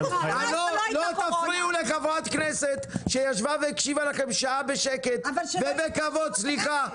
לא תפריעו לחברת כנסת שישבה והקשיבה לכם שעה בשקט ובכבוד סליחה,